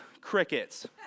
Crickets